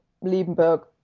liebenberg